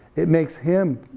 it makes him,